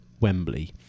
Wembley